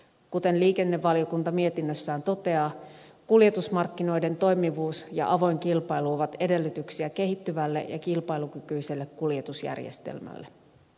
kuten liikennevaliokunta mietinnössään toteaa kuljetusmarkkinoiden toimivuus ja avoin kilpailu ovat edellytyksiä kehittyvälle ja kilpailukykyiselle kuljetusjärjestelmälle